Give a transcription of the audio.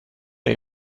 det